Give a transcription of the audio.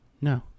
No